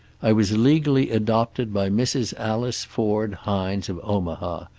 i was legally adopted by mrs. alice ford hines, of omaha,